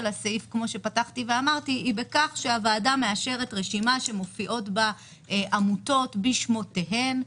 הסעיף היא בכך שהוועדה מאשרת רשימה שמופיעות בה עמותות בשמותיהן.